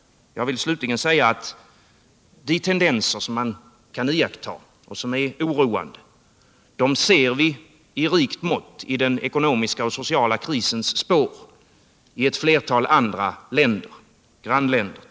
Jag vill slutligen säga att de tendenser som man kan iaktta är oroande. De ser vi i rikt mått i den ekonomiska och sociala krisens spår i ett flertal grannländer.